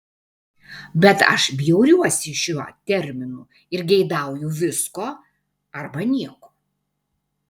bet aš bjauriuosi šiuo terminu ir geidauju visko arba nieko